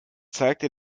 zeigte